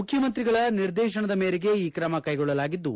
ಮುಖ್ಯಮಂತ್ರಿಗಳ ನಿರ್ದೇಶನದ ಮೇರೆಗೆ ಈ ಕ್ರಮ ಕೈಗೊಳ್ಳಲಾಗಿದ್ದು